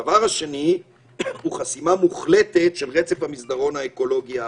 הדבר השני הוא חסימה מוחלטת של רצף המסדרון האקולוגי הארצי.